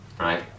Right